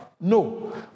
no